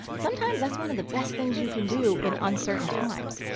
sometimes that's one of the best things you can do in uncertain times.